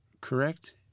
correct